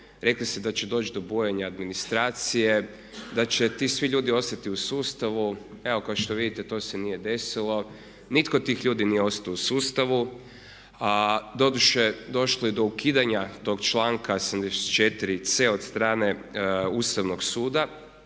rekli ste da će doći do bujanja administracije, da će ti svi ljudi ostati u sustavu. Evo kao što vidite, to se nije desilo. Nitko od tih ljudi nije ostao u sustavu a doduše došlo je do ukidanja tog članka 74C od strane Ustavnog suda